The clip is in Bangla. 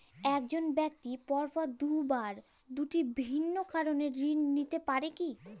এক জন ব্যক্তি পরপর দুবার দুটি ভিন্ন কারণে ঋণ নিতে পারে কী?